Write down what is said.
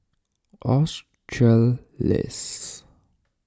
australis